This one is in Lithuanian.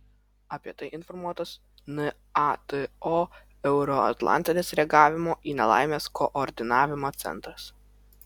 apie tai informuotas nato euroatlantinis reagavimo į nelaimes koordinavimo centras